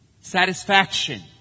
satisfaction